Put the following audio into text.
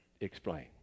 explain